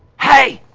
hey!